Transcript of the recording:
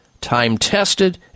time-tested